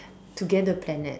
together planet